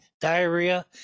diarrhea